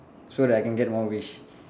so that I can get more wish